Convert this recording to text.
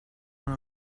non